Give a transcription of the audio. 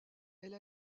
elle